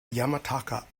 yamataka